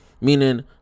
Meaning